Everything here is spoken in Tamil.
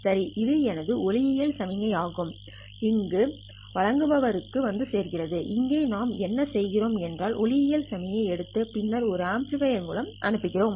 சரி இது எனது ஒளியியல் சமிக்ஞைலாகும் இது வாங்குபவர்க்கு வந்து சேர்கிறது இங்கே நாம் என்ன செய்கிறோம் என்றால் ஒளியியல் சமிக்ஞை எடுத்து பின்னர் ஒரு ஆம்பிளிபையர் மூலம் அனுப்புகிறோம்